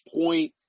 point